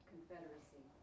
confederacy